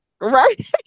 Right